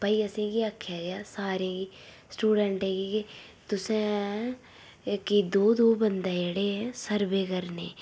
भाई असेंगी आखेआ गेआ सारें गी स्टूडेंटें गी कि तुसें गी दौं दौं बंदे जेह्ड़े सर्वे करने